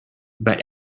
but